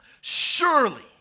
Surely